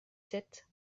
sept